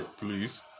Please